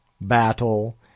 battle